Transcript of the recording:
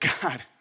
God